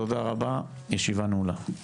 תודה רבה, הישיבה נעולה.